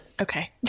okay